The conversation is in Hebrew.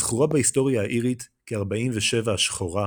הזכורה בהיסטוריה האירית כ-"47' השחורה",